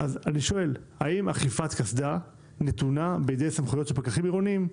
האם אכיפת קסדה נתונה בידי סמכויות של פקחים עירוניים?